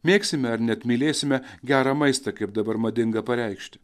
mėgsime ar net mylėsime gerą maistą kaip dabar madinga pareikšti